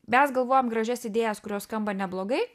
mes galvojam gražias idėjas kurios skamba neblogai